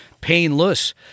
painless